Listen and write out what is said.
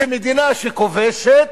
שמדינה שכובשת